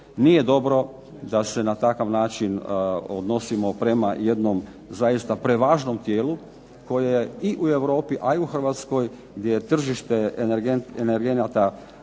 Nije dobro da se na takav način odnosimo prema jednom prevažnom tijelu koje u Europi a i u Hrvatskoj gdje je tržište energenata poprilično